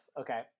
okay